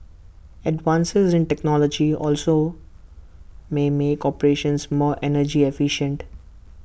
advances in technology also may make operations more energy efficient